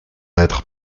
être